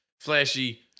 flashy